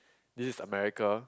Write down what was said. this is America